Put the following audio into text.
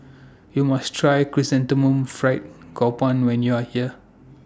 YOU must Try Chrysanthemum Fried Garoupa when YOU Are here